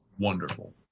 Wonderful